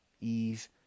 ease